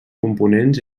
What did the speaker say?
components